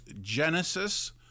Genesis